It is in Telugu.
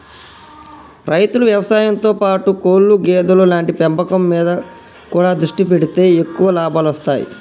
రైతులు వ్యవసాయం తో పాటు కోళ్లు గేదెలు లాంటి పెంపకం మీద కూడా దృష్టి పెడితే ఎక్కువ లాభాలొస్తాయ్